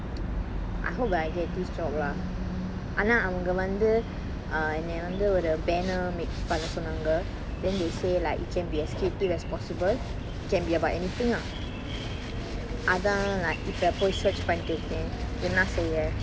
I hope that I get this job lah ஆனா அவங்க வந்து:aana avanga vanthu err என்னைய வந்து ஒரு:ennaya vanthu oru banner make பண்ண சொன்னாங்க:panna sonnaanga then they say like you can be as creative as possible can be about anything lah அதான்:athaan like இப்ப போய்:ippa poai search பண்ணிட்டு இருந்தன் என்னா செய்ய:pannittu irunthan enna seyya